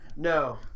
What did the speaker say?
no